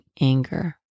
Anger